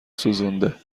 سوزونده